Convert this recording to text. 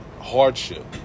hardship